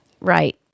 Right